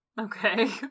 Okay